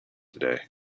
today